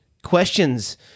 Questions